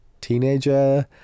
teenager